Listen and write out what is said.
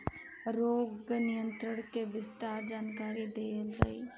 रोग नियंत्रण के विस्तार जानकरी देल जाई?